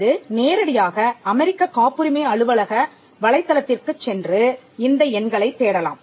அல்லது நேரடியாக அமெரிக்கக் காப்புரிமை அலுவலக வலைத்தளத்திற்குச் சென்று இந்த எண்களைத் தேடலாம்